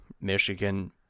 Michigan